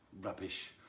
Rubbish